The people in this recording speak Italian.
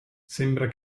sembra